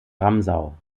ramsau